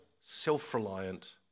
self-reliant